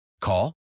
Call